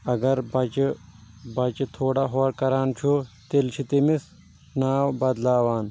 اگر بچہِ بچہِ تھوڑا ہوٚر کران چھُ تیٚلہِ چھُ تٔمِس ناو بدلاوان